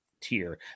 tier